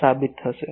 જે સાબિત થશે